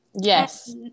Yes